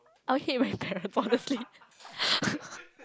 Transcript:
I hate myself honestly